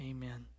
Amen